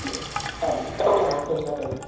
yes चालेल जाऊया मग संंध्याकाळी